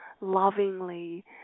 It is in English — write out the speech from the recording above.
lovingly